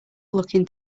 looking